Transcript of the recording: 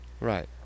Right